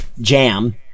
jam